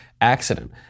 accident